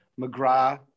McGrath